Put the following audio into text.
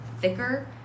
thicker